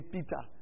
Peter